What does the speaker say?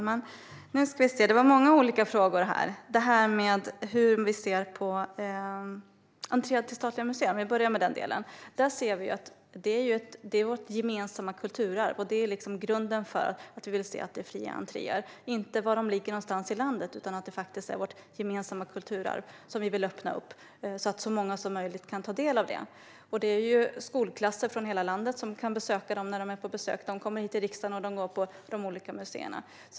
Herr talman! Det var många olika frågor. Jag börjar med frågan om hur vi ser på fri entré till statliga museer. Vi ser att dessa museer är vårt gemensamma kulturarv. Det är grunden till att vi vill ha fri entré, inte var någonstans i landet de ligger. Vi vill att så många som möjligt kan ta del av det. Skolklasser från hela landet kan besöka dessa museer när de är på besök. De kommer till riksdagen, och de går till de olika museerna.